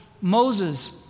Moses